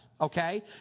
Okay